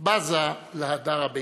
בזה להדר הבית"רי,